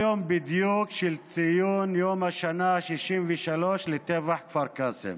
השנה ה-63 לטבח כפר קאסם.